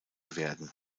werden